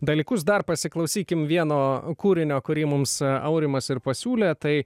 dalykus dar pasiklausykim vieno kūrinio kurį mums aurimas ir pasiūlė tai